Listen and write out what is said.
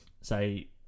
say